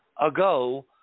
ago